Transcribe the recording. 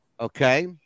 Okay